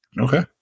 Okay